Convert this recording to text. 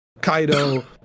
Kaido